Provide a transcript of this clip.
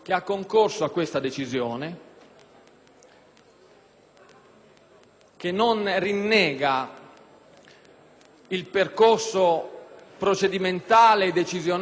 che non rinnega il percorso procedimentale e decisionale con il quale si è giunti alla stessa,